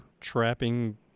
trapping